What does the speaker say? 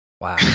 Wow